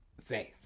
Faith